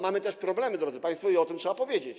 Mamy też problemy, drodzy państwo, i o tym trzeba powiedzieć.